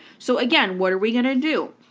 so again, what are we going to do?